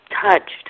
touched